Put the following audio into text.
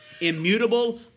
immutable